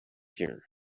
here